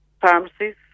pharmacies